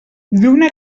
lluna